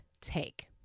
take